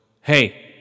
Hey